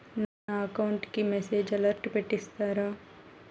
నా అకౌంట్ కి message alert పెట్టిస్తారా